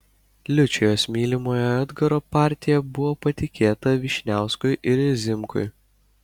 liučijos mylimojo edgaro partija buvo patikėta vyšniauskui ir zimkui